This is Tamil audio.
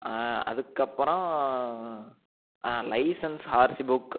அதுக்கப்புறம் லைசன்ஸ் ஆர்சி புக்